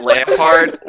Lampard